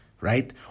right